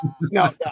No